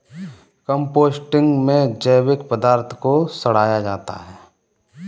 composting में जैविक पदार्थ को सड़ाया जाता है